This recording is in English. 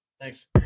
thanks